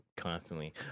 Constantly